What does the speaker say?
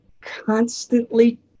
constantly